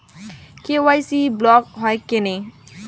KYC block হয় কেনে?